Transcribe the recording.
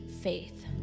faith